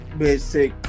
basic